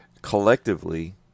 Collectively